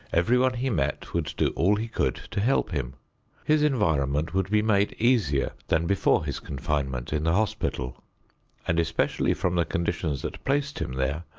everyone he met would do all he could to help him his environment would be made easier than before his confinement in the hospital and especially from the conditions that placed him there,